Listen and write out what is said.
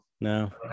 no